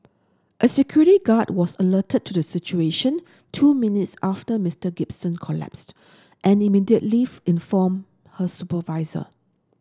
a security guard was alerted to the situation two minutes after Mister Gibson collapsed and immediately informed her supervisor